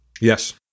Yes